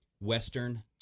Western